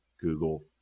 Google